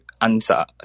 answer